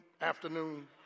afternoon